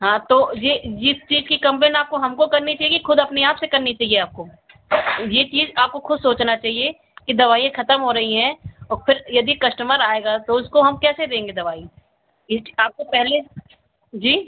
हाँ तो यह इस चीज़ की कम्प्लेन आपको हमको करनी चाहिए कि ख़ुद अपने आपसे करनी चाहिए आपको यह चीज़ आपको ख़ुद सोचना चाहिए कि दवाइयाँ खत्म हो रही हैं और फिर यदि कस्टमर आएगा तो उसको हम कैसे देंगे दवाई यह चीज़ आपको पहले जी